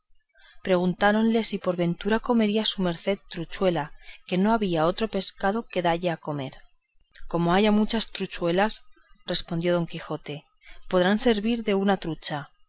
truchuela preguntáronle si por ventura comería su merced truchuela que no había otro pescado que dalle a comer como haya muchas truchuelas respondió don quijote podrán servir de una trucha